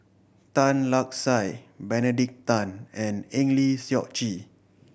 Tan Lark Sye Benedict Tan and Eng Lee Seok Chee